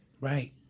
Right